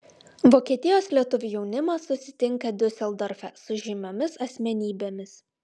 vokietijos lietuvių jaunimas susitinka diuseldorfe su žymiomis asmenybėmis